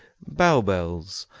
bow bells,